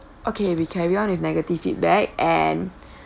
okay we carry on with negative feedback and